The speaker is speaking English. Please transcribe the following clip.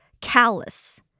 Callous